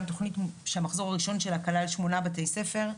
גם תכנית שהמחזור הראשון שמונה בתי ספר,